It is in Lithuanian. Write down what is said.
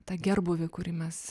tą gerbūvį kurį mes